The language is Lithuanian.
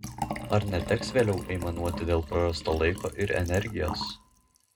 ar neteks vėliau aimanuoti dėl prarasto laiko ir energijos